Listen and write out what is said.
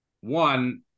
One